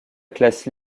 classe